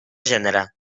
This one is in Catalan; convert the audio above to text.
gènere